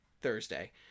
Thursday